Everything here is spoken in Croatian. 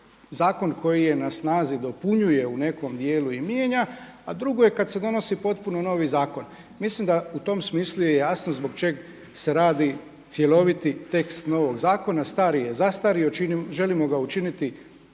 zakon koji je na snazi dopunjuje u nekom dijelu i mijenja a drugo je kada se donosi potpuno novi zakon. Mislim da u tom smislu je jasno zbog čega se radi cjeloviti tekst novog zakona, stari je zastario, želimo ga učiniti suvremenim